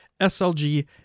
SLG